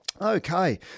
Okay